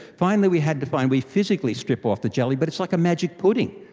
finally we had to find we physically strip off the jelly, but it's like a magic pudding.